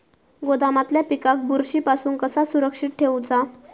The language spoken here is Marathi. गोदामातल्या पिकाक बुरशी पासून कसा सुरक्षित ठेऊचा?